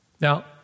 Now